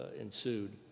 ensued